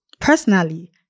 Personally